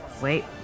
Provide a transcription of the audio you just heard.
Wait